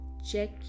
Check